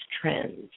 trends